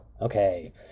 Okay